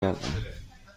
گردم